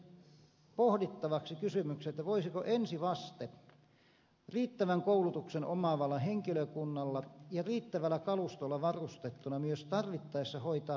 heittäisin pohdittavaksi kysymyksen voisiko ensivaste riittävän koulutuksen omaavalla henkilökunnalla ja riittävällä kalustolla varustettuna tarvittaessa myös hoitaa potilaan kuljetuksen